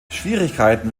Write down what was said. schwierigkeiten